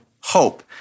hope